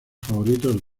favoritos